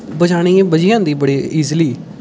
बचाने गी एह् बची जंदी बड़ी ईजली